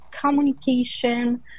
communication